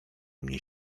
mnie